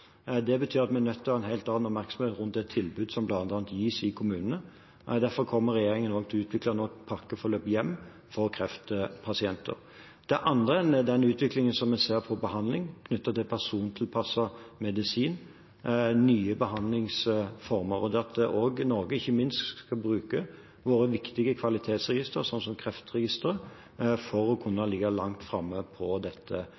Det betyr at vi er nødt til å ha en helt annen oppmerksomhet rundt det tilbudet som bl.a. gis i kommunene. Derfor kommer regjeringen også nå til å utvikle «Pakkeforløp hjem» for kreftpasienter. Det andre er den utviklingen som vi ser på behandling knyttet til persontilpasset medisin og nye behandlingsformer. Norge skal ikke minst bruke våre viktige kvalitetsregistre, som kreftregisteret, for å kunne ligge langt framme på dette